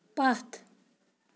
پتھ